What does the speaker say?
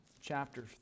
chapter